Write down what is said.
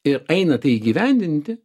ir eina tai įgyvendinti